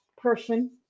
person